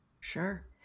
Sure